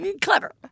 clever